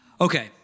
Okay